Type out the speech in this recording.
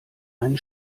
einen